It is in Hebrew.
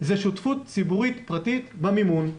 זה שותפות ציבורית פרטית במימון.